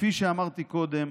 כפי שאמרתי קודם,